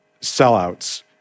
sellouts